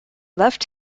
left